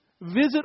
visit